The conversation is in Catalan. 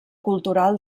cultural